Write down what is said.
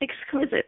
exquisite